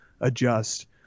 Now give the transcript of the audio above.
adjust